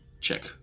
check